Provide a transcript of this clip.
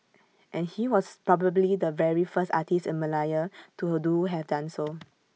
and he was probably the very first artist in Malaya to do have done so